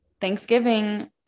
Thanksgiving